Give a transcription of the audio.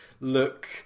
Look